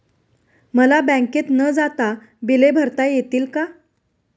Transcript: मला बँकेत न जाता बिले भरता येतील का?